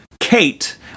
Kate